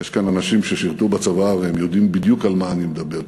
יש כאן אנשים ששירתו בצבא והם יודעים בדיוק על מה אני מדבר,